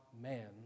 man